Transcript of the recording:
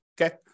okay